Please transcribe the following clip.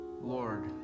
Lord